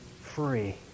free